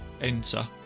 enter